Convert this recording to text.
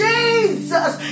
Jesus